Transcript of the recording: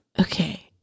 Okay